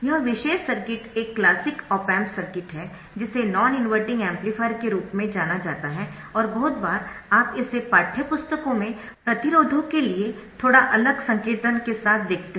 यह विशेष सर्किट एक क्लासिक ऑप एम्प सर्किट है जिसे नॉन इनवर्टिंग एम्पलीफायर के रूप में जाना जाता है और बहुत बार आप इसे पाठ्यपुस्तकों में प्रतिरोधों के लिए थोड़ा अलग संकेतन के साथ देखते है